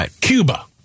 Cuba